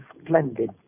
splendid